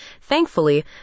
Thankfully